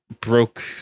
broke